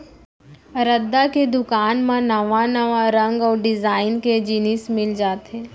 रद्दा के दुकान म नवा नवा रंग अउ डिजाइन के जिनिस मिल जाथे